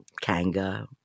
Kanga